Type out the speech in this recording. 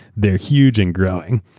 theyaeurre huge and growing,